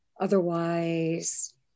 Otherwise